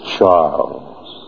Charles